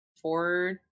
four